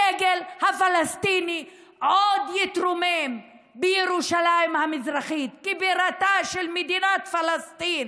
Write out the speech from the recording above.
הדגל הפלסטיני עוד יתרומם בירושלים המזרחית כבירתה של מדינת פלסטין,